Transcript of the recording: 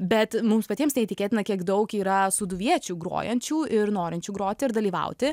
bet mums patiems neįtikėtina kiek daug yra sūduviečių grojančių ir norinčių groti ir dalyvauti